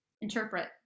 interpret